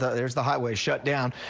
there's the highway, shut down.